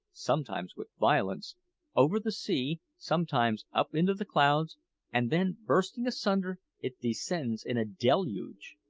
sometimes with violence over the sea, sometimes up into the clouds and then, bursting asunder, it descends in a deluge.